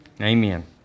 Amen